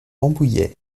rambouillet